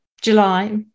July